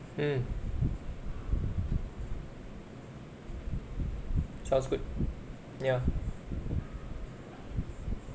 mm sounds good ya